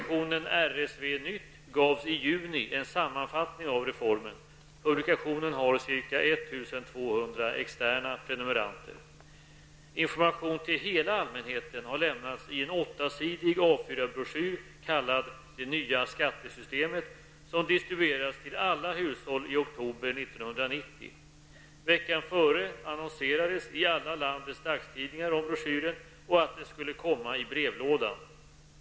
I Information till hela allmänheten har lämnats i en åttasidig A4-broschyr, kallad Det nya skattesystemet, som distribuerades till alla hushåll i oktober 1990. Veckan före annonserades i alla landets dagstidningar om broschyren och att den skulle komma i brevlådan.